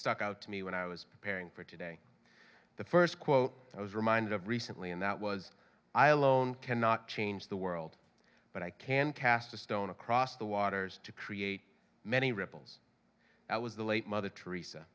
stuck out to me when i was preparing for today the first quote i was reminded of recently and that was i alone cannot change the world but i can cast a stone across the waters to create many ripples that was the late mother teresa